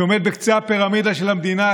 שעומד בקצה הפירמידה של המדינה,